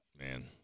man